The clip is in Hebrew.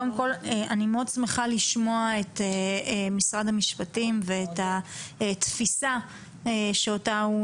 קודם כל אני מאוד שמחה לשמוע את משרד המשפטים ואת התפיסה שאותה הוא